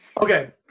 Okay